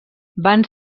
van